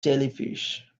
jellyfish